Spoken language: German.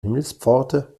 himmelspforte